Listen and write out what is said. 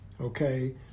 okay